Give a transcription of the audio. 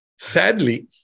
Sadly